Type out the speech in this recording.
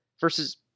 versus